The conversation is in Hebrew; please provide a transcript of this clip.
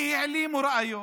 כי העלימו ראיות,